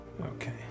Okay